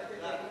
תודה.